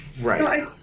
Right